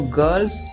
girls